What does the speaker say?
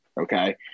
Okay